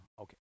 okay